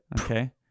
Okay